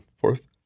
fourth